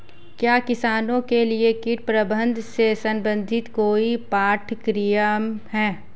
क्या किसानों के लिए कीट प्रबंधन से संबंधित कोई पाठ्यक्रम है?